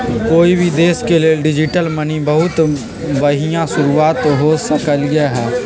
कोई भी देश के लेल डिजिटल मनी बहुत बनिहा शुरुआत हो सकलई ह